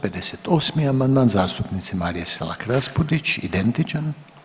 58. amandman zastupnice Marije Selak Raspudić, identičan.